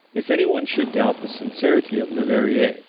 if anyone should doubt the sincerity of leverrier,